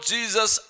Jesus